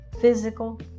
physical